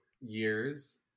years